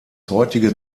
heutige